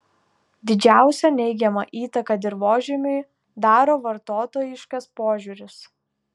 didžiausią neigiamą įtaką dirvožemiui daro vartotojiškas požiūris